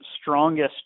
strongest